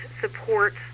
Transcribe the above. support